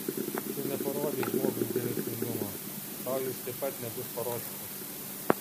tu neparodei žmogui gailestingumo tau jis taip pat nebus parodytas